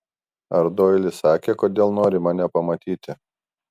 ar doilis sakė kodėl nori mane pamatyti